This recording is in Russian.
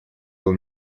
был